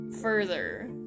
further